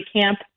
camp